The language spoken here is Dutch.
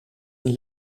een